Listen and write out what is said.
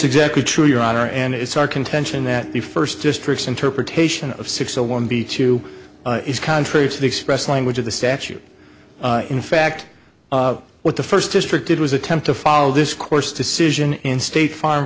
exactly true your honor and it's our contention that the first district's interpretation of six a one b two is contrary to the express language of the statute in fact what the first district did was attempt to follow this course decision in state farm